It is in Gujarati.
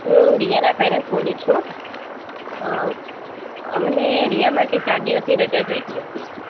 હું રિયાના પેરેન્ટ્સ બોલું છું અમને રિયા માટે ચાર દિવસની રજા જોઈતી હતી